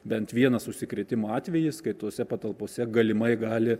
bent vienas užsikrėtimo atvejis kai tose patalpose galimai gali